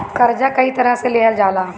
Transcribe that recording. कर्जा कई तरह से लेहल जाला